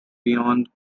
beyond